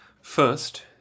First